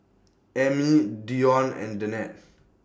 Ammie Dione and Danette